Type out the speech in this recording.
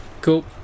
cool